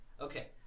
Okay